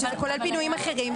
שזה כולל גם פינויים אחרים,